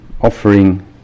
Offering